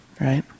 right